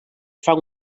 fan